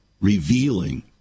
revealing